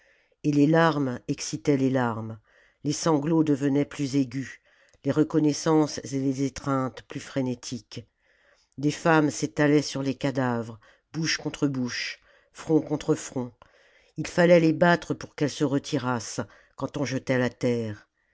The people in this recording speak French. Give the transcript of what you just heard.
et les larmes excitaient les larmes les sanglots devenaient plus aigus les reconnaissances et les étreintes plus frénétiques des femmes s'étalaient sur les cadavres bouche contre bouche front contre front il fallait les battre pour qu'elles se retirassent quand on jetait la terre